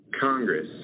Congress